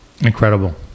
Incredible